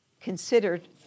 considered